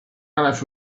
left